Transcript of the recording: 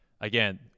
again